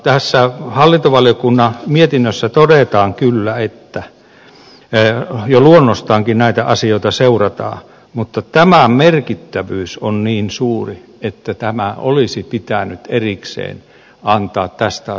tässä hallintovaliokunnan mietinnössä todetaan kyllä että jo luonnostaankin näitä asioita seurataan mutta tämän merkittävyys on niin suuri että olisi pitänyt erikseen antaa tästä asiasta lausunto